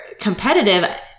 competitive